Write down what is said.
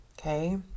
Okay